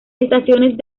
estaciones